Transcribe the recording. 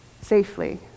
safely